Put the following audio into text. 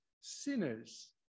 sinners